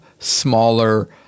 Smaller